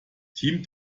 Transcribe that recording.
team